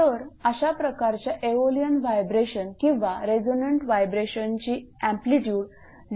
तर अशा प्रकारच्या एओलियन व्हायब्रेशन किंवा रेझोनंट व्हायब्रेशनची एम्पलीट्यूड 0